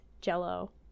jello